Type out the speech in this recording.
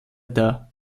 der